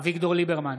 אביגדור ליברמן,